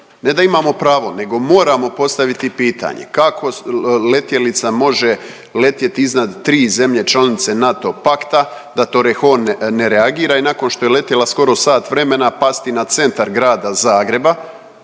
ne da imamo pravo nego moramo postaviti pitanje kako letjelica može letjet iznad tri zemlje članice NATO pakta da Torrejon ne reagira i nakon što je letjela skoro sat vremena pasti na centar Grada Zagreba?